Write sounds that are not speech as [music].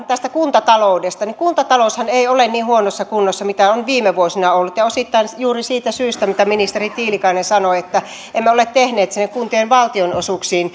tästä kuntataloudesta kuntataloushan ei ole niin huonossa kunnossa kuin on viime vuosina ollut ja osittain juuri siitä syystä mitä ministeri tiilikainenkin sanoi että emme ole tehneet kuntien valtionosuuksiin [unintelligible]